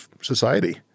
society